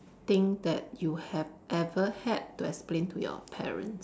thing that you have ever had to explain to your parents